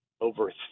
over